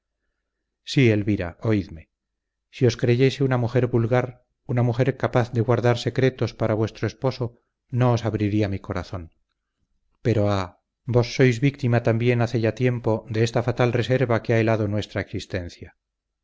sí elvira oídme si os creyese una mujer vulgar una mujer capaz de guardar secretos para vuestro esposo no os abriría mi corazón pero ah vos sois víctima también hace ya tiempo de esta fatal reserva que ha helado nuestra existencia